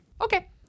okay